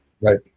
right